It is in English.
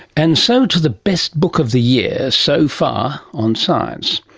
and so to the best book of the year so far on science,